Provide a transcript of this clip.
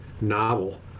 novel